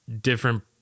different